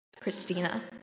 Christina